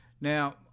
now